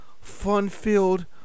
fun-filled